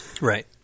Right